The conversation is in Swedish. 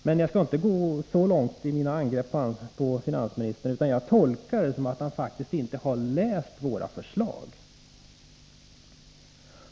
Men jag skall inte gå alltför långt i mina angrepp på finansministern, utan jag tolkar honom så att han faktiskt inte har läst våra förslag.